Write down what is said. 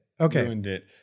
Okay